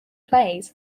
plays